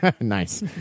nice